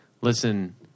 listen